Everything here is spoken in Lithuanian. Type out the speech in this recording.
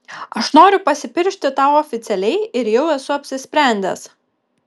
aš noriu pasipiršti tau oficialiai ir jau esu apsisprendęs